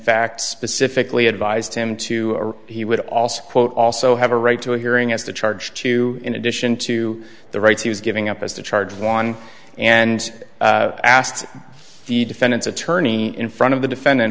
fact specifically advised him to he would also quote also have a right to a hearing as the charge to in addition to the rights he was giving up as the charge won and asked the defendant's attorney in front of the defendant